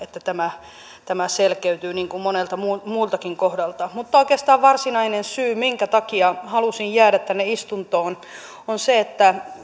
tämä tämä selkeytyy niin kuin monelta muultakin muultakin kohdalta mutta oikeastaan varsinainen syy minkä takia halusin jäädä tänne istuntoon on se että